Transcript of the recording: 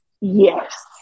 Yes